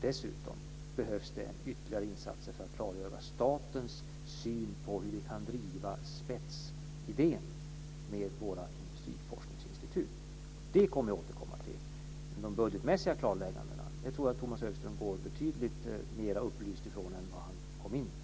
Dessutom behövs det ytterligare insatser för att klargöra statens syn på hur vi kan driva spetsidén med våra industriforskningsinstitut. Det kommer jag att återkomma till. När det gäller de budgetmässiga klarläggandena tror jag att Tomas Högström går betydligt mer upplyst härifrån jämfört med vad han kom in med.